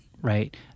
right